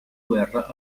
guerra